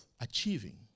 Achieving